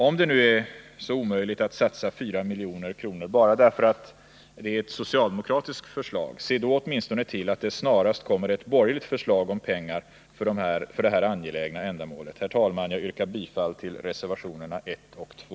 Om det nu är så omöjligt att satsa 4 milj.kr. bara därför att det är ett socialdemokratiskt förslag, se då åtminstone till att det snarast kommer ett borgerligt förslag om pengar för det här angelägna ändamålet! Herr talman! Jag yrkar bifall till reservationerna 1 och 2.